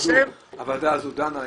הוועדה הזו דנה,